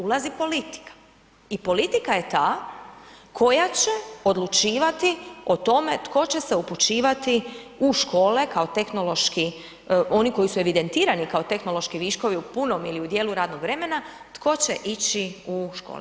Ulazi politika i politika je ta koja će odlučivati o tome tko će se upućivati u škole kao tehnološki, oni koji su evidentirani kao tehnološki viškovi u puno ili u djelu radnog vremena, tko će ići u škole.